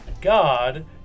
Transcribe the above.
god